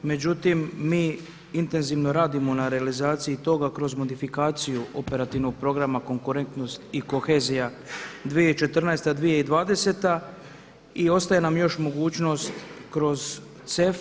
Međutim, mi intenzivno radimo na realizaciji toga kroz modifikaciju operativnog programa koherentnost i kohezija 2014., 2020. i ostaje nam još mogućnost kroz CEF.